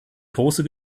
große